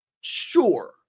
Sure